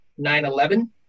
9-11